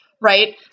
right